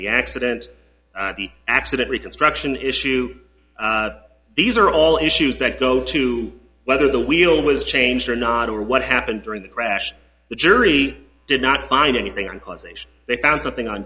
the accident the accident reconstruction issue these are all issues that go to whether the wheel was changed or not or what happened during the crash the jury did not find anything on causation they found something on